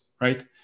right